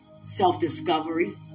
Self-discovery